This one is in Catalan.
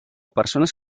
persones